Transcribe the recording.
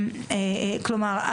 כלומר,